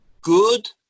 good